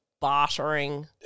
bartering